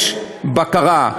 יש בקרה.